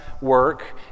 work